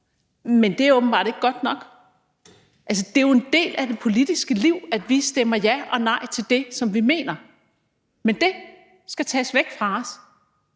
men det er åbenbart ikke godt nok. Det er jo en del af det politiske liv, at vi stemmer ja eller nej til det, som vi mener vi skal stemme ja